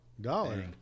Dollar